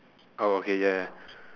oh okay ya ya